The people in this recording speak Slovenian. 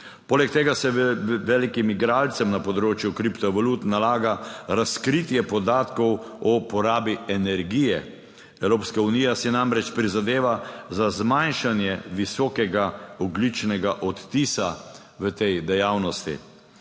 Poleg tega se velikim igralcem na področju kriptovalut nalaga razkritje podatkov o porabi energije. Evropska unija si namreč prizadeva za zmanjšanje visokega ogljičnega odtisa v tej dejavnosti.